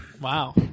Wow